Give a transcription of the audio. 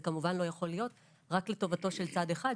זה כמובן לא יכול להיות רק לטובתו של צד אחד,